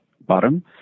bottom